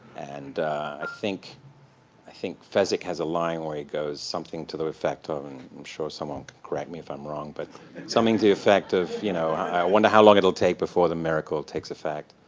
and i think i think fezzik has a line where he goes something to the effect of and i'm sure someone could correct me if i'm wrong but something to the effect of, you know i wonder how long it'll take before the miracle takes effect.